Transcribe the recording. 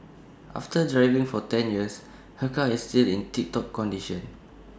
after driving for ten years her car is still in tip top condition